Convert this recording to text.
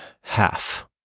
half